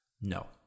No